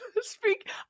speak